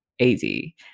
easy